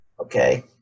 Okay